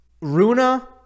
Runa